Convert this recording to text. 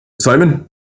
Simon